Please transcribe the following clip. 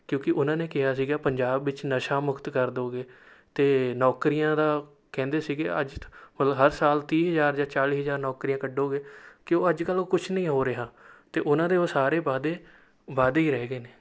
ਕਿਉਂਕਿ ਉਹਨਾਂ ਨੇ ਕਿਹਾ ਸੀਗਾ ਪੰਜਾਬ ਵਿੱਚ ਨਸ਼ਾ ਮੁਕਤ ਕਰ ਦੋਗੇ ਅਤੇ ਨੌਕਰੀਆਂ ਦਾ ਕਹਿੰਦੇ ਸੀਗੇ ਅੱਜ ਤ ਮਤਲਬ ਹਰ ਸਾਲ ਤੀਹ ਹਜ਼ਾਰ ਜਾਂ ਚਾਲੀ ਹਜ਼ਾਰ ਨੌਕਰੀਆਂ ਕੱਢੋਗੇ ਕਿ ਅੱਜ ਕੱਲ੍ਹ ਉਹ ਕੁਝ ਨਹੀਂ ਹੋ ਰਿਹਾ ਅਤੇ ਉਹਨਾਂ ਦੇ ਉਹ ਸਾਰੇ ਵਾਅਦੇ ਵਾਅਦੇ ਹੀ ਰਹਿ ਗਏ ਨੇ